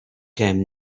came